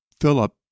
Philip